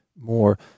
more